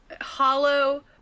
Hollow